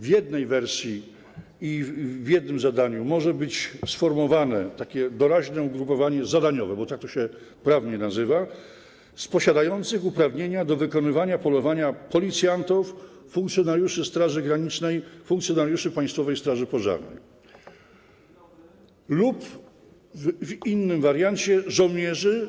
W jednej wersji i przy jednym zadaniu może być sformowane doraźne zgrupowanie zadaniowe, bo tak to się prawnie nazywa, z posiadających uprawnienia do wykonywania polowania policjantów, funkcjonariuszy Straży Granicznej, funkcjonariuszy Państwowej Straży Pożarnej lub, w innym wariancie, z żołnierzy.